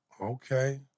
Okay